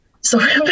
Sorry